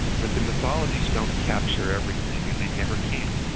but the mythologies don't capture everything and they never can.